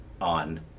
on